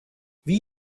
wie